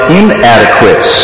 inadequate